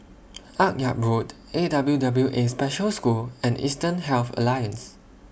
Akyab Road A W W A Special School and Eastern Health Alliance